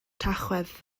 tachwedd